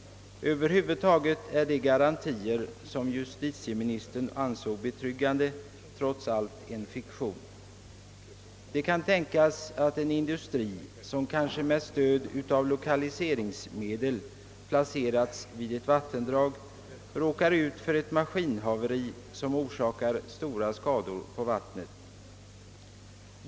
Över huvud taget är de garantier, som finansministern ansåg betryggande, trots allt en fiktion. Det kan tänkas att en industri, som kanske med stöd av lokaliseringsmedel placerats vid ett vattendrag, råkar ut för ett maskinhaveri som orsakar stora skador på vattnet.